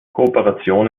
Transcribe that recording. kooperation